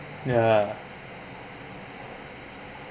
ya